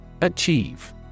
Achieve